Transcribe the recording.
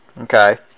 Okay